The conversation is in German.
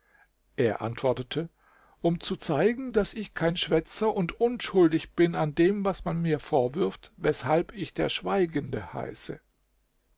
er antwortete um zu zeigen daß ich kein schwätzer und unschuldig bin an dem was man mir vorwirft weshalb ich der schweigende heiße